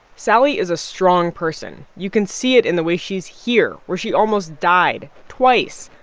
sally is a strong person. you can see it in the way she's here, where she almost died twice,